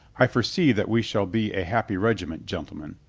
i foresee that we shall be a happy regiment, gentlemen,